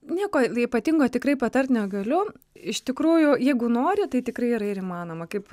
nieko ypatingo tikrai patart negaliu iš tikrųjų jeigu nori tai tikrai yra ir įmanoma kaip